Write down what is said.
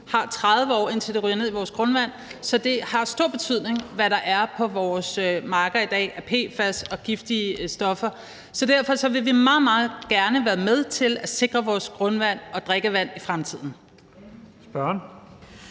ca. 30 år, inden det ryger ned i vores grundvand, så det har stor betydning, hvad der er på vores marker i dag af PFAS og giftige stoffer. Så derfor vil vi meget, meget gerne være med til at sikre vores grundvand og drikkevand i fremtiden.